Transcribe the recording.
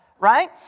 right